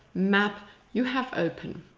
map you have open.